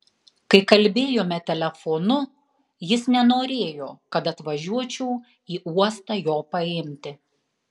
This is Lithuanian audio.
kai kalbėjome telefonu jis nenorėjo kad atvažiuočiau į uostą jo paimti